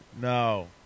No